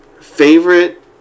favorite